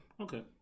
Okay